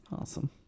Awesome